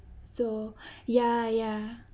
so ya ya